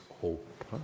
hope